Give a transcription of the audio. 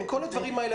כל הדברים האלה,